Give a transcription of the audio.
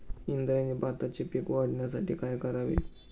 इंद्रायणी भाताचे पीक वाढण्यासाठी काय करावे?